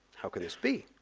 how could this be?